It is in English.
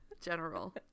General